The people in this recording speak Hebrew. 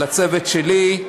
לצוות שלי,